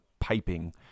piping